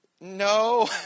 no